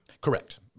Correct